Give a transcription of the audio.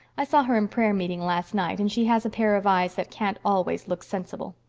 i saw her in prayer-meeting last night, and she has a pair of eyes that can't always look sensible.